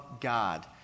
God